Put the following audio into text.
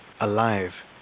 alive